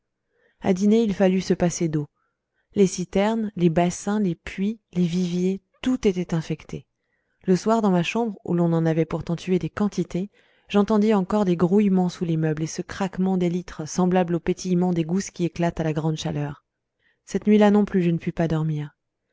à dîner il fallut se passer d'eau les citernes les bassins les puits les viviers tout était infecté le soir dans ma chambre où l'on en avait pourtant tué des quantités j'entendis encore des grouillements sous les meubles et ce craquement d'élytres semblable au pétillement des gousses qui éclatent à la grande chaleur cette nuit-là non plus je ne pus pas